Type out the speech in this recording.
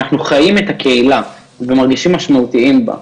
אנחנו חיים את הקהילה ומרגישים משמעותיים בה,